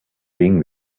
being